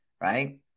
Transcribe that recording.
right